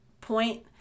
point